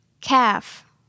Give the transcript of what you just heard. Calf